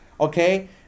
okay